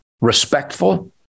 respectful